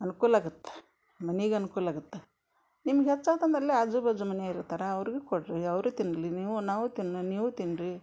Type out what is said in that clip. ಅನ್ಕೂಲಾಗತ್ತೆ ಮನಿಗೆ ಅನ್ಕೂಲಾಗುತ್ತೆ ನಿಮ್ಗೆ ಹೆಚ್ಚಾತು ಅಂದ್ರೆ ಅಲ್ಲೇ ಆಜು ಬಾಜು ಮನಿಯರು ಇರ್ತಾರೆ ಅವರಿಗೂ ಕೊಡಿರಿ ಅವರೂ ತಿನ್ನಲಿ ನೀವು ನಾವೂ ತಿನ್ ನೀವೂ ತಿನ್ನಿರಿ